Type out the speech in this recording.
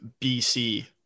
BC